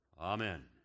Amen